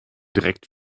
direkt